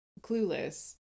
Clueless